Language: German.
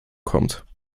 kommt